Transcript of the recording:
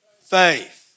faith